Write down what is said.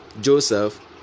Joseph